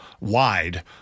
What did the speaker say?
wide